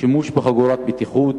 שימוש בחגורות בטיחות,